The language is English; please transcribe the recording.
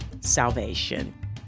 salvation